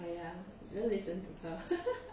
!aiya! don't listen to her